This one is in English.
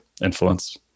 influence